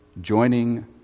Joining